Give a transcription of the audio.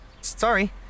Sorry